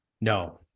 No